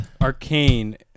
Arcane